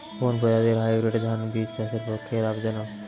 কোন প্রজাতীর হাইব্রিড ধান বীজ চাষের পক্ষে লাভজনক?